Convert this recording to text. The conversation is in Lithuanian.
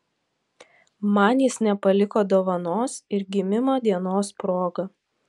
man jis nepaliko dovanos ir gimimo dienos proga